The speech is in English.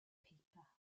paper